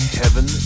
heaven